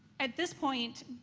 at this point,